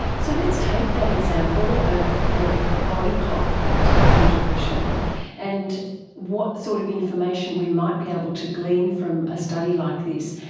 so let's take that example of the body clock factor in depression and what sort of information we might be able to glean from a study like this,